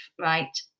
Right